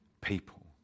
people